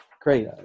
Great